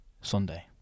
Sunday